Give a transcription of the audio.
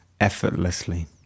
effortlessly